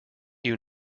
you